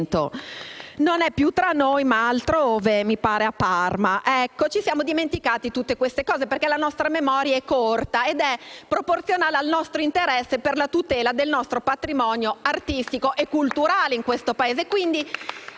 non è più tra noi, ma altrove, mi pare a Parma. *(Applausi dal Gruppo M5S)*. Ecco, ci siamo dimenticati di tutte queste cose, perché la nostra memoria corta è proporzionale al nostro interesse per la tutela del nostro patrimonio artistico e culturale in questo Paese